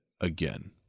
again